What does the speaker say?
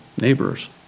neighbors